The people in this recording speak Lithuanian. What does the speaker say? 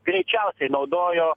greičiausiai naudojo